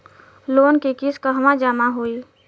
Loan के किस्त कहवा जामा होयी?